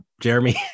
Jeremy